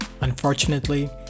Unfortunately